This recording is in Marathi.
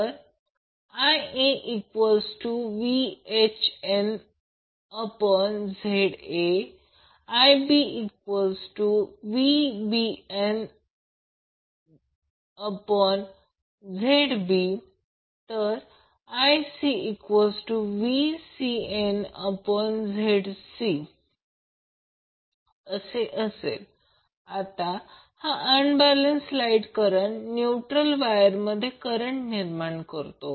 तर IaVANZA IbVBNZB IcVCNZC आता हा unbalance line current neutral wire मध्ये करंट निर्माण करतो